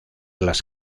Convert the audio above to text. las